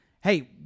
hey